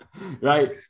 Right